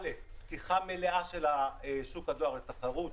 א' פתיחה מלאה של שוק הדואר לתחרות,